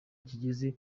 kigeze